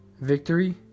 victory